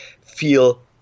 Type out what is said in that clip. feel